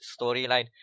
storyline